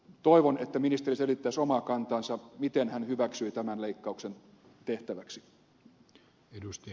toivon että ministeri selittäisi omaa kantaansa miten hän hyväksyi tämän leikkauksen tehtäväksi